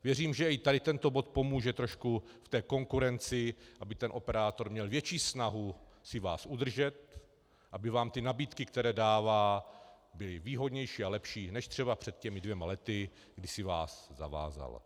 Věřím, že i tady tento bod pomůže trošku té konkurenci, aby operátor měl větší snahu si vás udržet, aby nabídky, které dává, byly výhodnější a lepší než třeba před těmi dvěma lety, kdy si vás zavázal.